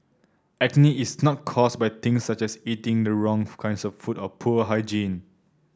acne is not caused by things such as eating the wrong kinds of food or poor hygiene